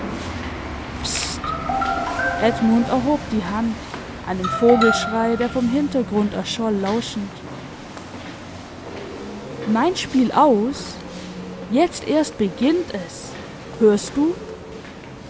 edmund erhob die hand einem vogelschrei der vom hintergrund erscholl lauschend mein spiel aus jetzt erst beginnt es hörst du